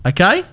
Okay